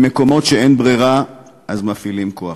במקומות שאין ברירה, מפעילים כוח.